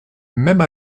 même